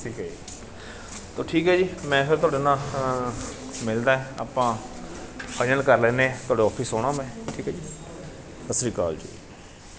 ਠੀਕ ਹੈ ਜੀ ਤਾਂ ਠੀਕ ਹੈ ਜੀ ਮੈਂ ਫਿਰ ਤੁਹਾਡੇ ਨਾਲ ਮਿਲਦਾ ਐ ਆਪਾਂ ਫਾਈਨਲ ਕਰ ਲੈਂਦੇ ਹਾਂ ਤੁਹਾਡੇ ਔਫਿਸ ਆਉਣਾ ਮੈਂ ਠੀਕ ਹੈ ਜੀ ਸਤਿ ਸ਼੍ਰੀ ਅਕਾਲ ਜੀ